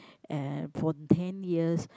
and for ten years